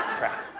pratt.